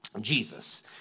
Jesus